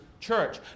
church